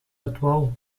atual